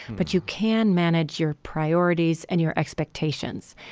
but you can manage your priorities and your expectations.